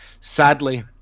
sadly